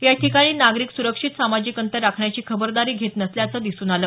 या ठिकाणी नागरिक सुरक्षित सामाजिक अंतर राखण्याची खबरदारी घेत नसल्याचं दिसून आलं